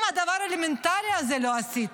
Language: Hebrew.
אם את הדבר האלמנטרי הזה לא עשיתם?